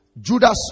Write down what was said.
Judas